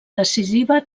decisiva